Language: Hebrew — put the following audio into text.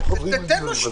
לא חוזרים אחורה.